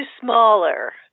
smaller